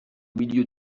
milieu